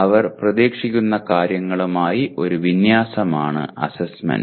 അവർ പ്രതീക്ഷിക്കുന്ന കാര്യങ്ങളുമായി ഒരു വിന്യാസമാണ് അസ്സെസ്സ്മെന്റ്